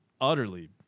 utterly